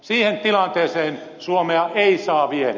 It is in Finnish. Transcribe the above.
siihen tilanteeseen suomea ei saa viedä